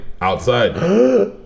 outside